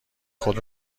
خود